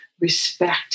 respect